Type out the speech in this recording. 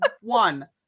one